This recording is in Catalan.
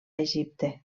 egipte